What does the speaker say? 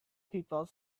people